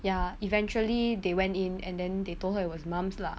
ya eventually they went in and then they told her it was mumps lah